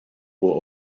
were